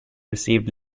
received